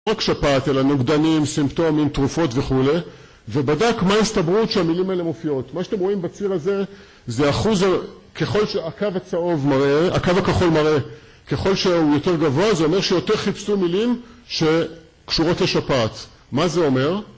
לא רק שפעת, אלא נוגדנים, סימפטומים, תרופות וכו', ובדק מה הסתברות שהמילים האלה מופיעות. מה שאתם רואים בציר הזה, זה אחוז, ככל שהקו הצהוב מראה, הקו הכחול מראה, ככל שהוא יותר גבוה, זה אומר שיותר חיפשו מילים שקשורות לשפעת. מה זה אומר?